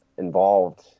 Involved